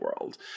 world